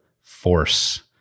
force